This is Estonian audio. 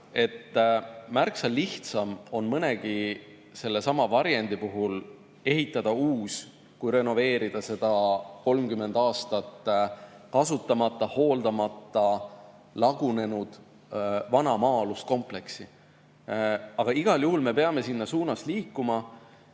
et märksa lihtsam on neist mõnegi varjendi puhul ehitada uus kui renoveerida seda 30 aastat kasutamata, hooldamata, lagunenud vana maa-alust kompleksi. Aga igal juhul me peame sinna suunas liikuma.